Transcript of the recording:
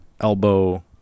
elbow